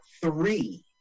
three